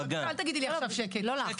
אל תגידי לי עכשיו שקט.